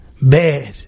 Bad